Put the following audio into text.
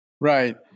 right